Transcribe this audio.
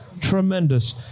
Tremendous